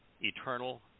eternal